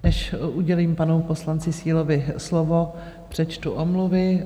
Než udělím panu poslanci Sílovi slovo, přečtu omluvy.